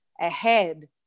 ahead